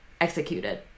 executed